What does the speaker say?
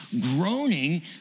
groaning